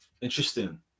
Interesting